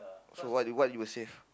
so what do you what would you save